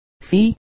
See